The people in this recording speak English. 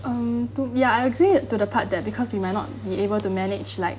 um to ya I agree to the part that because we might not be able to manage like